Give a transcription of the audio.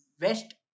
West